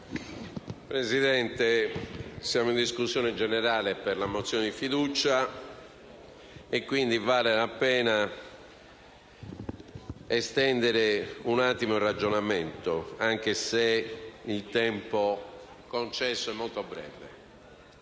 Presidente, siamo nella fase della discussione generale sulla questione di fiducia e, quindi, vale la pena estendere un po' il ragionamento, anche se il tempo concesso è molto breve.